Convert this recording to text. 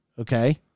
okay